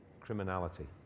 criminality